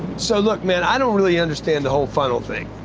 so, look, man, i don't really understand the whole funnel thing.